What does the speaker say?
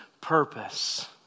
purpose